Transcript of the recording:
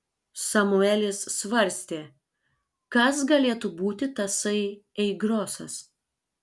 samuelis svarstė kas galėtų būti tasai ei grosas